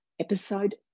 episode